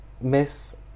Miss